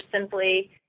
simply